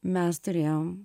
mes turėjom